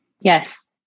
Yes